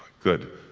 good.